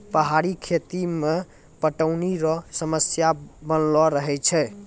पहाड़ी खेती मे पटौनी रो समस्या बनलो रहै छै